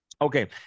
Okay